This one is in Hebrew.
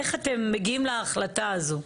איך אתם מגיעים להחלטה הזאת?